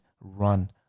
run